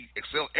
excel